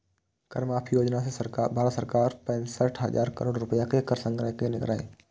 कर माफी योजना सं भारत सरकार पैंसठ हजार करोड़ रुपैया के कर संग्रह केने रहै